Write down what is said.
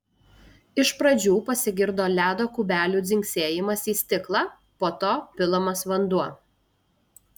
iš pradžių pasigirdo ledo kubelių dzingsėjimas į stiklą po to pilamas vanduo